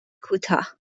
کوتاه